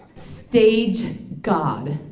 stage god.